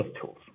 tools